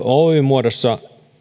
oy muodossa